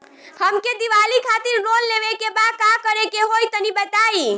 हमके दीवाली खातिर लोन लेवे के बा का करे के होई तनि बताई?